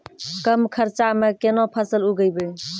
कम खर्चा म केना फसल उगैबै?